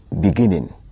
beginning